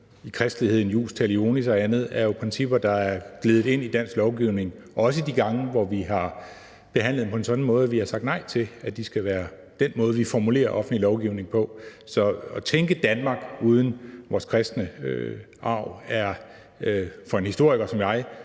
i kristeligheden, i jus talionis og andet, er jo principper, der er gledet ind i dansk lovgivning, også de gange, hvor vi har behandlet dem på en sådan måde, at vi har sagt nej til, at de skal være den måde, vi formulerer offentlig lovgivning på. Så at tænke Danmark uden vores kristne arv er for en historiker som mig